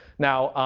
now,